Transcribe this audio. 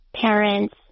parents